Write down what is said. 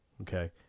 okay